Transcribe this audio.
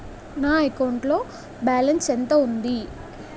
నా అకౌంట్ లో బాలన్స్ ఎంత ఉంది?